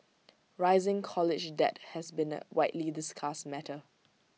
rising college debt has been A widely discussed matter